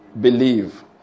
believe